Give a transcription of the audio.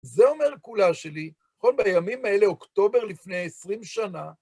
זה אומר כולה שלי, כל בימים האלה, אוקטובר לפני עשרים שנה,